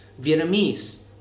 Vietnamese